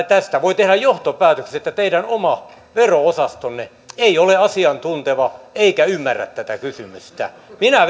tästä voi tehdä johtopäätöksen että teidän oma vero osastonne ei ole asiantunteva eikä ymmärrä tätä kysymystä minä